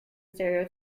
stereo